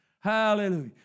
Hallelujah